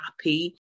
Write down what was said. happy